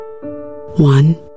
One